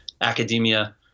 academia